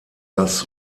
das